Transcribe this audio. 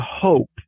hope